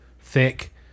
thick